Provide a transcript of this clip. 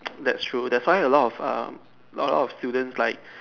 that's true that's why a lot of um a lot of students like